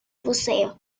buceo